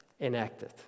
enacted